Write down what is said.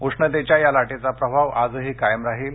उष्णतेच्या या लाटेचा प्रभाव आजही कायम राहील